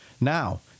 Now